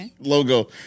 logo